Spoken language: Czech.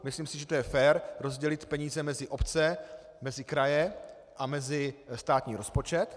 Myslím si, že je fér rozdělit peníze mezi obce, kraje a státní rozpočet.